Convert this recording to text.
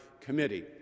Committee